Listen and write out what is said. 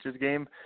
game